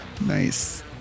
Nice